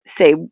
say